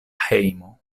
hejmo